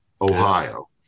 Ohio